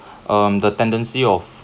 um the tendency of